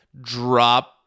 drop